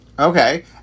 Okay